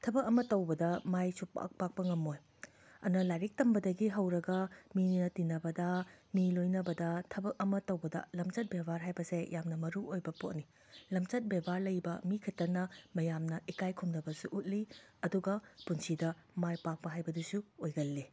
ꯊꯕꯛ ꯑꯃ ꯇꯧꯕꯗ ꯃꯥꯏ ꯁꯨꯛꯄꯥꯛ ꯄꯥꯛꯄ ꯉꯝꯃꯣꯏ ꯑꯗꯨꯅ ꯂꯥꯏꯔꯤꯛ ꯇꯝꯕꯗꯒꯤ ꯍꯧꯔꯒ ꯃꯤꯅ ꯇꯤꯅꯕꯗ ꯃꯤ ꯂꯣꯏꯅꯕꯗ ꯊꯕꯛ ꯑꯃ ꯇꯧꯕꯗ ꯂꯝꯆꯠ ꯕꯦꯕꯥꯔ ꯍꯥꯏꯕꯁꯦ ꯌꯥꯝꯅ ꯃꯔꯨꯑꯣꯏꯕ ꯄꯣꯠꯅꯤ ꯂꯝꯆꯠ ꯕꯦꯕꯥꯔ ꯂꯩꯕ ꯃꯤ ꯈꯤꯇꯅ ꯃꯌꯥꯝꯅ ꯏꯀꯥꯏꯈꯨꯝꯅꯕꯁꯨ ꯎꯠꯂꯤ ꯑꯗꯨꯒ ꯄꯨꯟꯁꯤꯗ ꯃꯥꯏ ꯄꯥꯛꯄ ꯍꯥꯏꯕꯗꯨꯁꯨ ꯑꯣꯏꯒꯜꯂꯤ